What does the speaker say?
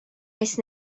mis